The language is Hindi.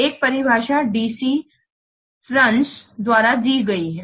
एक परिभाषा DC फ़र्न्स DC Ferns द्वारा दी गई है